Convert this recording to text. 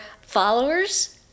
followers